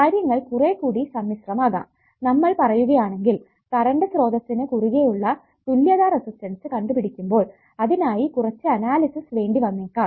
കാര്യങ്ങൾ കുറെ കൂടി സമ്മിശ്രമാകാം നമ്മൾ പറയുകയാണെങ്കിൽ കറണ്ട് സ്രോതസ്സിനു കുറുകെ ഉള്ള തുല്യത റെസിസ്റ്റൻസ് കണ്ടുപിടിക്കുമ്പോൾ അതിനായി കുറച്ചു അനാലിസിസ് വേണ്ടി വന്നേക്കാം